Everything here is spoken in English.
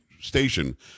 station